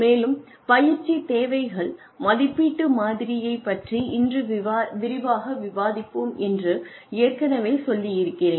மேலும் பயிற்சி தேவைகள் மதிப்பீட்டு மாதிரியை பற்றி இன்று விரிவாக விவாதிப்போம் என்று ஏற்கனவே சொல்லி இருக்கிறேன்